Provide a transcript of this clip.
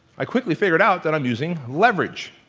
i quickly figured out that i'm using leverage.